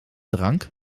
drank